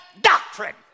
doctrine